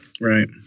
Right